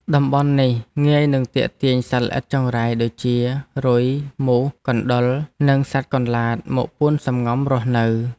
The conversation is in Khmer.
តំបន់នេះងាយនឹងទាក់ទាញសត្វល្អិតចង្រៃដូចជា រុយ មូស កណ្តុរ និងសត្វកន្លាតមកពួនសម្ងំរស់នៅ។